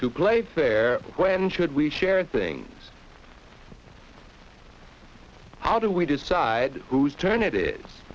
to play fair when should we share things how do we decide whose turn it is